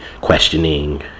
questioning